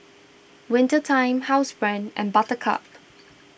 Winter Time Housebrand and Buttercup